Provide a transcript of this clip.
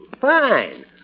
Fine